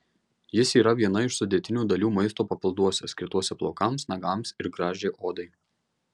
jis yra viena iš sudėtinių dalių maisto papilduose skirtuose plaukams nagams ir gražiai odai